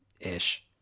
Ish